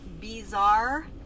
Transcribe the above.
bizarre